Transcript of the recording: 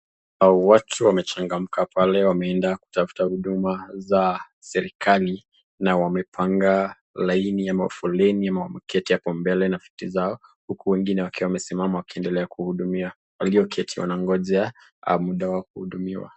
Watu wamechangamka pale wameenda kutafuta huduma za serikali na wamepanga laini ama foleni ama kuketi apo mbele na viti zao huku wengine wakiwa wamesimama wakihudumiwa. Walioketi wanangoja muda wao wa kuhudumiwa.